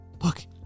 Look